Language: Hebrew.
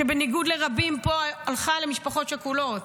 בניגוד לרבים פה, הלכה למשפחות שכולות.